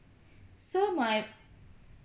so my